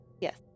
Yes